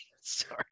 Sorry